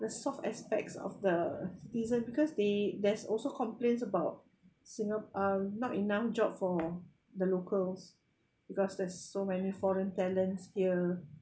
the soft aspects of the reason because they there's also complains about singa~ uh not enough jobs for the locals because there's so many foreign talents here